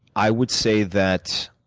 i would say that